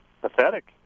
pathetic